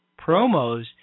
promos